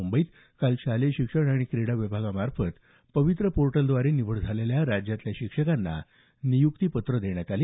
मुंबईत काल शालेय शिक्षण आणि क्रीडा विभागामार्फत पवित्र पोर्टलद्वारे निवड झालेल्या राज्यातल्या शिक्षकांना नियुक्तीपत्र देण्यात आलं